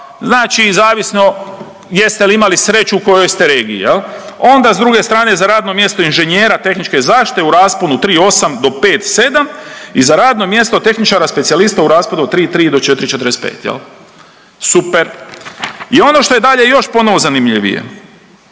znači zavisno jeste li imali sreću u kojoj ste regiji. Onda s druge strane za radno mjesto inženjera tehničke zaštite u rasponu 3,8 do 5,7 i za radno mjesto tehničara specijalista u rasponu od 3,3 do 4,45. Super! I ono što je dalje još ponovo zanimljivije.